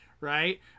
Right